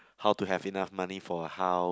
how to have enough money for a hou~